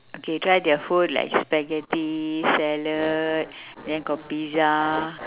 okay try their food like spaghetti salad then got pizza